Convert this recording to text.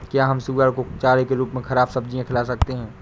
क्या हम सुअर को चारे के रूप में ख़राब सब्जियां खिला सकते हैं?